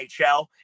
NHL